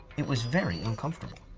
it was very uncomfortable.